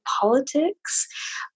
politics